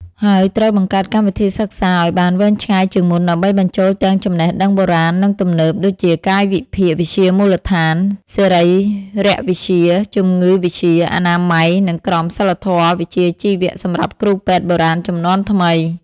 ហើយត្រូវបង្កើតកម្មវិធីសិក្សាអោយបានវែងឆ្ងាយជាងមុន ដើម្បីបញ្ចូលទាំងចំណេះដឹងបុរាណ និងទំនើប ដូចជាកាយវិភាគវិទ្យាមូលដ្ឋាន សរីរវិទ្យា ជំងឺវិទ្យា អនាម័យ និងក្រមសីលធម៌វិជ្ជាជីវៈ សម្រាប់គ្រូពេទ្យបុរាណជំនាន់ថ្មី។